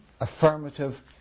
affirmative